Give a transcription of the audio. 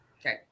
Okay